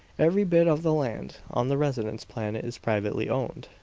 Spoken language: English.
every bit of the land on the residence planet is privately owned,